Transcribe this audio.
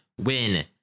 win